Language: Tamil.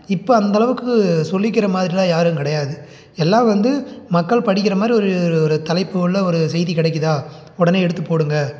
இப்போ அந்தளவுக்கு சொல்லிக்கிற மாதிரியெலாம் யாரும் கிடையாது எல்லாம் வந்து மக்கள் படிக்கிற மாதிரி ஒரு ஒரு தலைப்பு உள்ள ஒரு செய்தி கிடைக்குதா உடனே எடுத்து போடுங்க